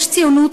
יש ציונות,